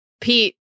Pete